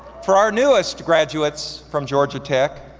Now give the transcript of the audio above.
for our newest graduates from georgia tech,